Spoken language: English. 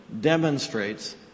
demonstrates